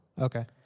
Okay